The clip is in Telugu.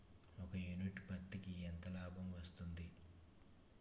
ఒక యూనిట్ పత్తికి ఎంత లాభం వస్తుంది?